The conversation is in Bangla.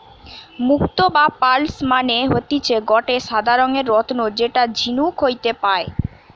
মুক্তো বা পার্লস মানে হতিছে গটে সাদা রঙের রত্ন যেটা ঝিনুক হইতে পায়